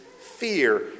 fear